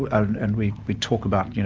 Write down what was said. ah and and we we talk about, you